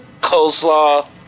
coleslaw